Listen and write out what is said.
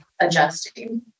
adjusting